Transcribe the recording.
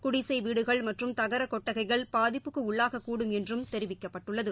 குடிசைவீடுகள் மற்றும் தகறகொட்டகைகள் பாதிப்புக்குஉள்ளாகக்கூடும் என்றும் தெிவிக்கப்பட்டுள்ளது